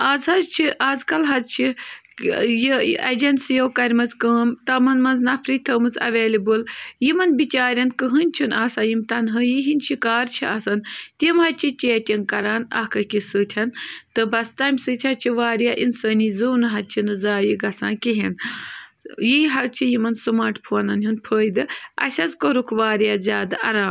آز حظ چھِ آز کَل حظ چھِ یہِ اٮ۪جَنسِیو کَرِمَژ کٲم تَمَن منٛز نَفری تھٲومٕژ ایویلیبل یِمَن بِچارٮ۪ن کٕہۭنۍ چھُنہٕ آسان یِم تَنہٲی ہِنٛدۍ شِکار چھِ آسان تِم حظ چھِ چیٹِنٛگ کَران اکھ أکِس سۭتۍ تہٕ بَس تَمہِ سۭتۍ حظ چھِ واریاہ اِنسٲنی زُو نَہ حظ چھِنہٕ زایہِ گژھان کِہیٖنۍ یی حظ چھِ یِمَن سُماٹ فونَن ہُنٛد فٲیدٕ اَسہِ حظ کوٚرُکھ واریاہ زیادٕ آرام